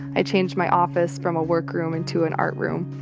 i changed my office from a work room into an art room.